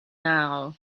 now